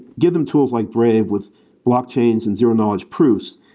get them tools like brave with block chains and zero-knowledge proofs,